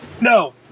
No